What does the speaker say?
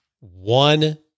one